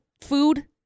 food